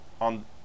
on